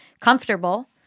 comfortable